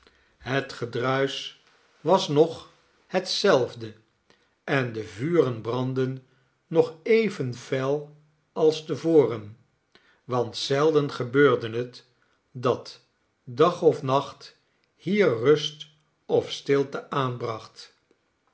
het gedruis was nog hetzelfde en de vuren brandden nog even fel als te voren want zeiden gebeurde het dat dag of nacht hier rust of stilte aanbracht